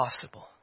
possible